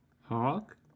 Hawk